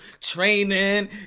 training